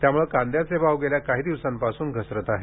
त्यामुळे कांद्याचे भाव गेल्या काही दिवसांपासून घसरत आहेत